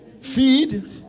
feed